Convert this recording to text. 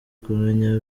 kumenya